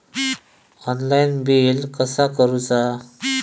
Online bill कसा करुचा?